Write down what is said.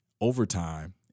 Overtime